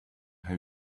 how